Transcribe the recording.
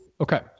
Okay